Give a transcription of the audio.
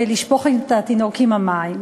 לשפוך את התינוק עם המים.